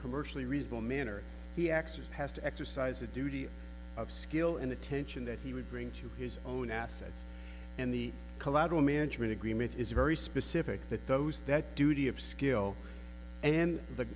commercially reasonable manner he actually has to exercise a duty of skill and attention that he would bring to his own assets and the collateral management agreement is a very specific that those that duty of skill and the